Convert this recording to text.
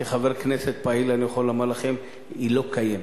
כחבר כנסת פעיל אני יכול לומר לכם: היא לא קיימת.